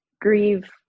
grieve